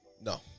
No